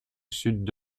sud